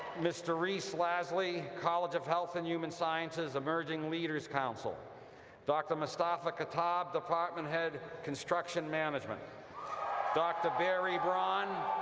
mr. reese lasley, college of health and human sciences' emerging leaders council dr. mostafa khattab, department head, construction management dr. barry braun,